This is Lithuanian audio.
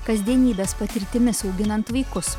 kasdienybės patirtimis auginant vaikus